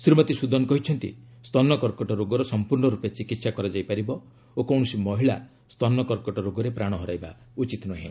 ଶ୍ରୀମତୀ ସୁଦନ କହିଛନ୍ତି ସ୍ତନ କର୍କଟ ରୋଗର ସମ୍ପର୍ଣ୍ଣ ରୂପେ ଚିକିତ୍ସା କରାଯାଇ ପାରିବ ଓ କୌଣସି ମହିଳା ସ୍ତନ କର୍କଟ ରୋଗରେ ପ୍ରାଣ ହରାଇବା ଉଚିତ୍ ନୁହେଁ